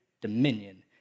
dominion